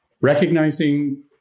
recognizing